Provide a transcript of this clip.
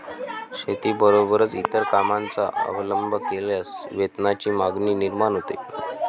शेतीबरोबरच इतर कामांचा अवलंब केल्यास वेतनाची मागणी निर्माण होते